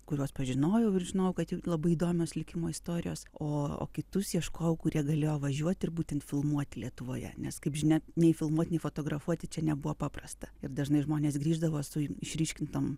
kuriuos pažinojau ir žinojau kad jų labai įdomios likimo istorijos o o kitus ieškojau kurie galėjo važiuoti ir būtent filmuoti lietuvoje nes kaip žinia nei filmuot nei fotografuoti čia nebuvo paprasta ir dažnai žmonės grįždavo su išryškintom